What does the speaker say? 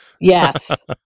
yes